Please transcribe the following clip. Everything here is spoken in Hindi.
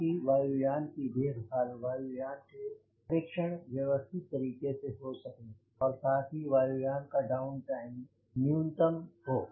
ताकि वायु यान की देख भाल वायु यान के परीक्षण व्यवस्थित तरीके से हो सके और साथ ही वायु यान का डाउनटाइम न्यूनतम हो